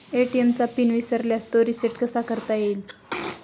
ATM चा PIN विसरल्यास तो रिसेट कसा करता येईल?